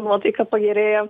nuotaika pagerėja